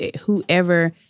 whoever